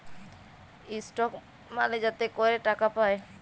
stock মালে যাতে ক্যরে টাকা পায়